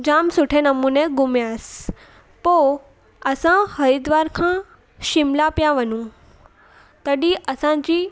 जामु सुठे नमूने घुमियासि पोइ असां हरिद्वार खां शिमला पिया वञूं तॾहिं असांजी